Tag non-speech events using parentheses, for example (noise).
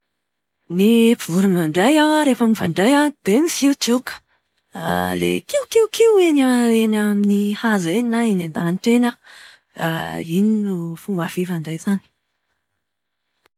(hesitation) Ny vorona indray an, rehefa mifandray an, dia misiotsioka. (hesitation) Ilay kio kio kio eny a- eny amin'ny hazo eny an, na eny an-danitra eny an, iny no fomba fifandraisany.